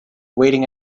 waiting